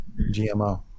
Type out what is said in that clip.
GMO